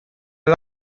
love